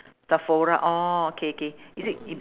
sephora orh K K is it in